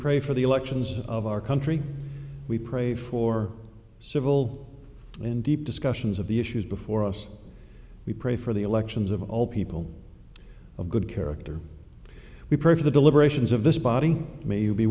pray for the elections of our country we pray for civil and deep discussions of the issues before us we pray for the elections of all people of good character we pray for the deliberations of this body may